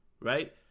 right